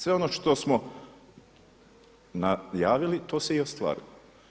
Sve ono što smo najavili to se i ostvarilo.